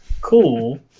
cool